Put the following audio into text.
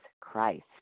Christ